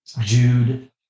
Jude